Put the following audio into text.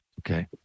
Okay